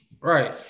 Right